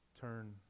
turn